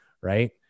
right